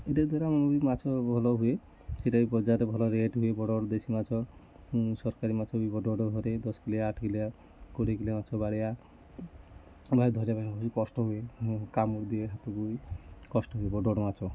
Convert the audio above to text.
ଏଇଟା ଦ୍ଵାରା ମାଛ ଭଲ ହୁଏ ଏଇଟା ବି ବଜାରରେ ଭଲ ରେଟ୍ ହୁଏ ବଡ଼ ବଡ଼ ଦେଶୀ ମାଛ ସରକାରୀ ମାଛ ବି ବଡ଼ ବଡ଼ ଧରେ ଦଶ କିଲିଆ ଆଠ କିଲିଆ କୋଡ଼ିଏ କିଲିଆ ମାଛ ବାଳିଆ ଧରିବା ପାଇଁ ବି କଷ୍ଟ ହୁଏ କାମୁଡ଼ି ଦିଏ ହାତ କୁ ବି କଷ୍ଟ ହୁଏ ବଡ଼ ବଡ଼ ମାଛ